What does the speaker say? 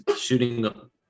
shooting